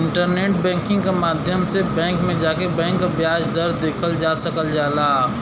internet banking क माध्यम से बैंक में जाके बैंक क ब्याज दर देखल जा सकल जाला